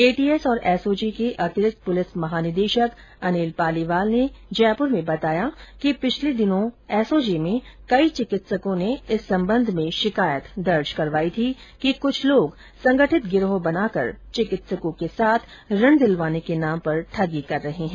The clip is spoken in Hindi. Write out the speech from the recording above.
एटीएस और एसओजी के अतिरिक्त पुलिस महानिदेशक अनिल पालीवाल ने जयपुर में बताया कि पिछले दिनों एसओजी में चिकित्सकों ने इस संबंध में शिकायत दर्ज करवाई थी कि कुछ लोग संगठित गिरोह बनाकर चिकित्सकों के साथ ऋण दिलवाने के नाम पर ठगी कर रहे है